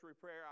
prayer